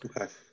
Okay